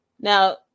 Now